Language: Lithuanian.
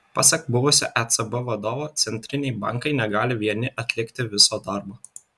pasak buvusio ecb vadovo centriniai bankai negali vieni atlikti viso darbo